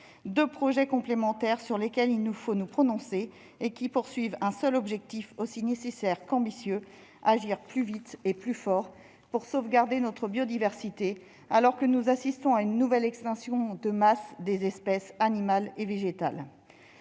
deux projets complémentaires, sur lesquels nous devons nous prononcer, ont un seul objectif, aussi nécessaire qu'ambitieux : agir plus vite et plus fort pour sauvegarder notre biodiversité, alors que nous assistons à une nouvelle extinction de masse des espèces animales et végétales.